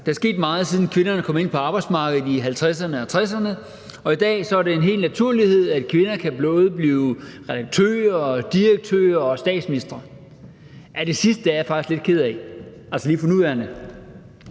Der er sket meget, siden kvinderne kom ind på arbejdsmarkedet i 1950'erne og 1960'erne, og i dag er det en naturlighed, at kvinder både kan blive redaktører, direktører og statsminister. Det sidste er jeg faktisk lidt ked af, altså lige for nuværende.